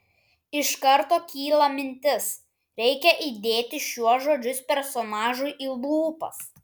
iš karto kyla mintis reikia įdėti šiuos žodžius personažui į lūpas